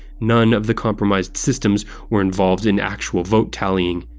none of the compromised systems were involved in actual vote tallying.